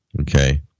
Okay